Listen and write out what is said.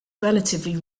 relatively